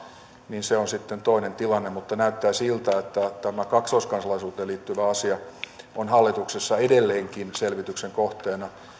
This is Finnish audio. niin se on sitten toinen tilanne mutta näyttää siltä että tämä kaksoiskansalaisuuteen liittyvä asia on hallituksessa edelleenkin selvityksen kohteena